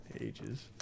Ages